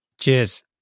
Cheers